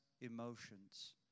emotions